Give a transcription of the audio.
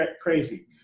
crazy